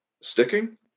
sticking